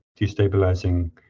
destabilizing